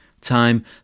Time